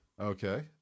Okay